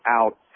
out